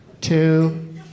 two